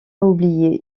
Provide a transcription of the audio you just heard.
oublier